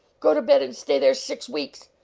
go to bed and stay there six weeks.